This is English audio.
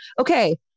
okay